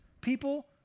people